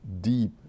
deep